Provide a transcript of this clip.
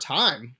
time